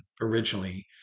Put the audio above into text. originally